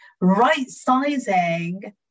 right-sizing